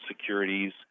securities